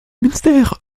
münster